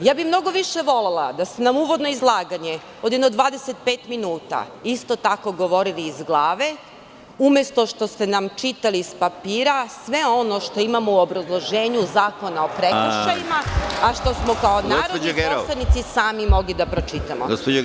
Mnogo bih više volela da ste uvodno izlaganje od jedno 25 minuta isto tako govorili iz glave, umesto što ste nam čitali s papira sve ono što imamo u obrazloženju Zakona o prekršajima, a što smo kao narodni poslanici sami mogli da pročitamo.